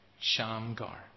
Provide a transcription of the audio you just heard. Shamgar